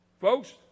Folks